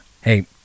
hey